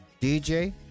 DJ